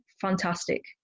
fantastic